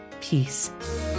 peace